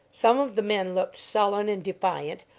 some of the men looked sullen and defiant,